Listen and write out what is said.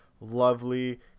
lovely